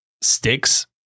sticks